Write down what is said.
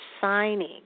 signing